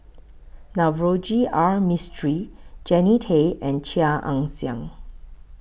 Navroji R Mistri Jannie Tay and Chia Ann Siang